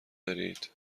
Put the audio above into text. دارید